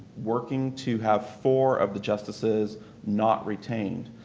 working to have four of the justices not retained.